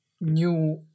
new